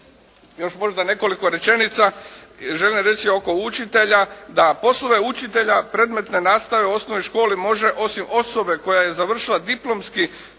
još možda nekoliko rečenica. Želim reći oko učitelja da poslove učitelja predmetne nastave u osnovnoj školi može osim osobe koja je završila diplomski